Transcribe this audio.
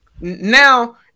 Now